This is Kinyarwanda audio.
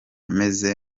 meze